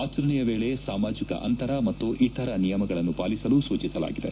ಆಚರಣೆಯ ವೇಳೆ ಸಾಮಾಜಿಕ ಅಂತರ ಮತ್ತು ಇತರ ನಿಯಮಗಳನ್ನು ಪಾಲಿಸಲು ಸೂಚಿಸಲಾಗಿದೆ